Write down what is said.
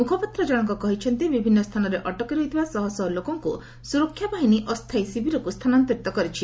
ମୁଖପାତ୍ର ଜଶଙ୍କ କହିଛନ୍ତି ବିଭିନ୍ନ ସ୍ଥାନରେ ଅଟକି ରହିଥିବା ଶହଶହ ଲୋକଙ୍କୁ ସୁରକ୍ଷା ବାହିନୀ ଅସ୍ଥାୟୀ ଶିବିରକୁ ସ୍ଥାନାନ୍ତରିତ କରିଛି